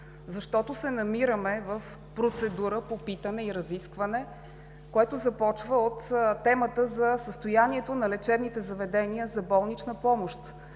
защото се намираме в процедура по питане и разискване, което започва от темата за състоянието на лечебните заведения за болнична помощ.